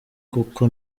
kuko